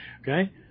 Okay